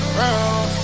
round